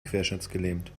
querschnittsgelähmt